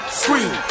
scream